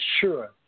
sure